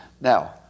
Now